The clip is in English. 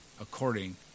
according